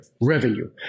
revenue